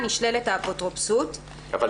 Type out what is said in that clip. תישלל אפוטרופסותו על